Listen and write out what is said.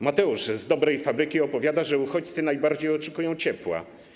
Mateusz z Dobrej Fabryki opowiada, że uchodźcy najbardziej oczekują ciepła.